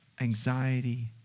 anxiety